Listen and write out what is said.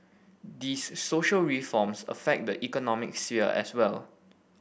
these social reforms affect the economic sphere as well